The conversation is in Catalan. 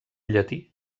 llatí